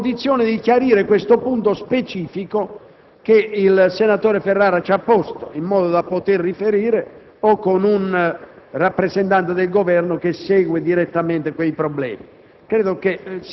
ci mettano in condizione di chiarire il punto specifico che il senatore Ferrara ha posto, in modo che possa riferire un rappresentante del Governo che segue direttamente il problema.